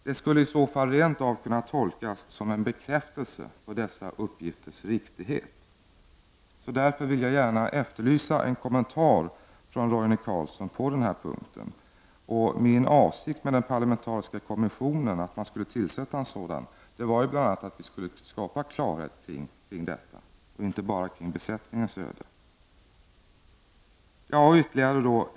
Det skulle i så fall rent av kunna tolkas som en bekräftelse av dessa uppgifters riktighet. Därför vill jag gärna efterlysa en kommentar från Roine Carlsson på den här punkten. Min avsikt med att man skulle tillsätta en parlamentarisk kommission var att vi skulle skapa klarhet kring detta, inte bara kring besättningens öde.